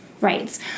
rights